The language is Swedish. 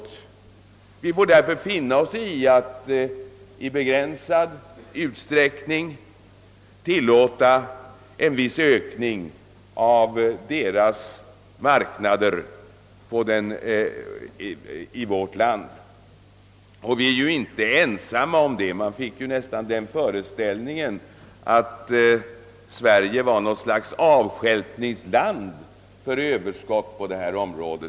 Vi får därför finna oss i att i begränsad utsträckning tillåta en viss ökning av deras marknader i vårt land. Vi är ju inte ensamma om sådant. Man fick nästan den föreställningen av herr Gustafssons anförande att Sverige var något slags avstjälpningsland för Ööverskott på detta område.